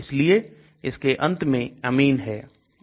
इसलिए इसके अंत में amine है